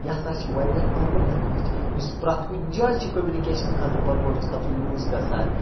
یہِ ہَسا چھِ واریاہ کامَن لینگویٚج یُس پرٮ۪تھ کُنہِ جایہِ چھِ کَمنکیٚشَن خٲطرٕ پٔرپَز خٲطرٕ یوٗز گَژھان